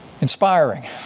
inspiring